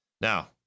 Now